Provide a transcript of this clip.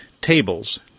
tables